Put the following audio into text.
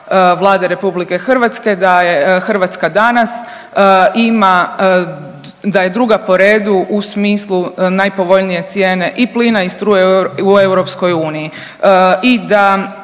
Hrvatska danas ima, da je druga po redu u smislu najpovoljnije cijene i plina i struje u Europskoj uniji i da